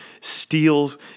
steals